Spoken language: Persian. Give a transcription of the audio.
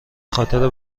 خاطر